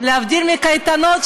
להבדיל מהקייטנות,